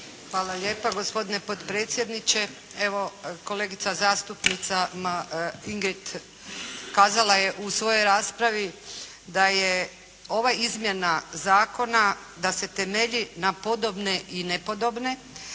Hvala lijepa, gospodine potpredsjedniče. Evo, kolegica zastupnica Ingrid kazala je u svojoj raspravi da se ova izmjena zakona temelji na podobne i nepodobne